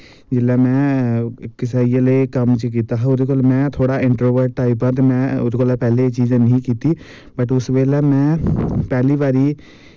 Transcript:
जिसलै में इक हिस्सा लेई कम्म च कीता हा ओह्दे कोल मैें थोह्ड़ा एंटरोबट टाईप हा ते में ओह्दे कोला पैह्ले एह् चीज नी ही कीती बट उस बेल्लै में पैह्ली बारी